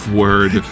word